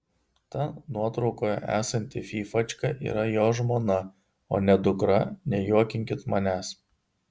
ta nuotraukoje esanti fyfačka yra jo žmona o ne dukra nejuokinkit manęs